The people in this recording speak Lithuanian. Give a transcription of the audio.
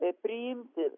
ir priimti